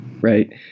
Right